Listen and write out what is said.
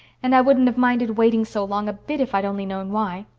and i wouldn't have minded waiting so long a bit if i'd only known why.